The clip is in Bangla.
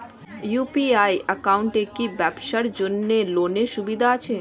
ইউ.পি.আই একাউন্টে কি ব্যবসার জন্য লোনের সুবিধা আছে?